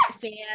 fans